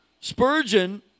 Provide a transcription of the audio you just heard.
Spurgeon